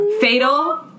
Fatal